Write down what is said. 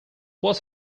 what